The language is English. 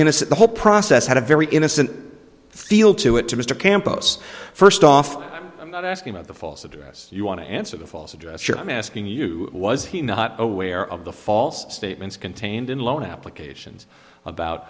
innocent the whole process had a very innocent feel to it to mr campus first off i'm not asking about the false address you want to answer the false address your i'm asking you was he not aware of the false statements contained in loan applications about